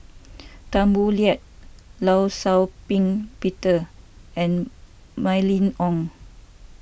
Tan Boo Liat Law Shau Ping Peter and Mylene Ong